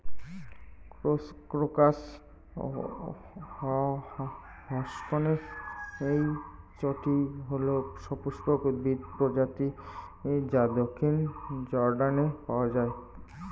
crocus হসকনেইচটি হল সপুষ্পক উদ্ভিদের প্রজাতি যা দক্ষিণ জর্ডানে পাওয়া য়ায়